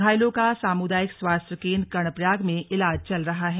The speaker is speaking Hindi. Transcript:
घायलो का सामुदायिक स्वास्थ्य केन्द्र कर्णप्रयाग में इलाज चल रहा है